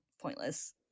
pointless